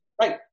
Right